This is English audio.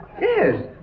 Yes